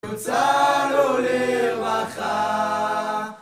נמצא לו לרחב